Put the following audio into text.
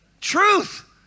Truth